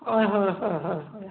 হয় হয় হয় হয় হয়